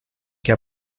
que